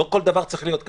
לא כל דבר צריך להיות כתוב.